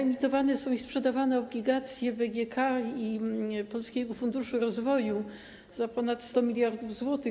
Emitowane są i sprzedawane obligacje BGK i Polskiego Funduszu Rozwoju na ponad 100 mld zł.